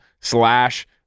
slash